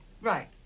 Right